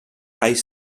ice